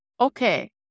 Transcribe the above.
okay